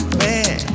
man